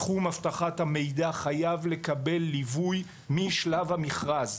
תחום אבטחת המידע חייב לקבל ליווי משלב המכרז.